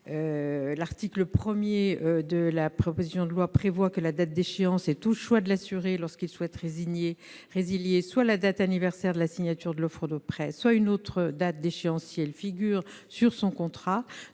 l'article 1 de la proposition de loi prévoit que la date d'échéance est, au choix de l'assuré lorsqu'il souhaite résilier, la date anniversaire de la signature de l'offre de prêt ou une autre date si elle figure sur son contrat.